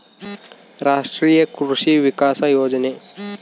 ರಾಷ್ಟ್ರೀಯ ಕೃಷಿ ವಿಕಾಸ ಯೋಜನೆ